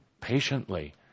patiently